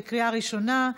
בקריאה הראשונה,